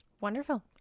Wonderful